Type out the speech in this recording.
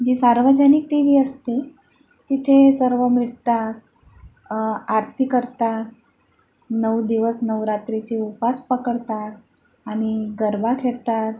जी सार्वजनिक देवी असते तिथे सर्व भेटतात आरती करतात नऊ दिवस नवरात्रीचे उपास पकडतात आणि गरबा खेळतात